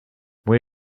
where